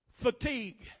fatigue